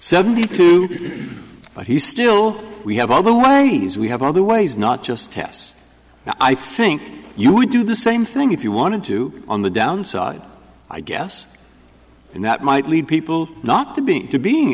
seventy two but he still we have all the ways we have other ways not just test i think you would do the same thing if you wanted to on the downside i guess and that might lead people not to be to being